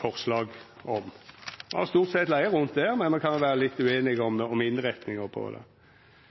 forslag om. Me har stort sett lege rundt der, men me kan jo vera litt ueinige om innrettinga på det. Så spør Helge André Njåstad om